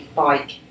bike